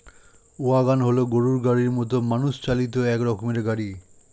wagon হল গরুর গাড়ির মতো মানুষ চালিত এক রকমের গাড়ি